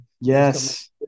Yes